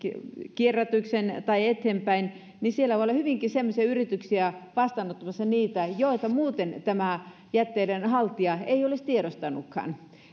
kierrätykseen tai eteenpäin niin siellä voi hyvinkin olla sellaisia yrityksiä vastaanottamassa niitä joita muuten jätteiden haltija ei olisi tiedostanutkaan